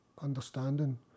understanding